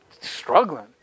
struggling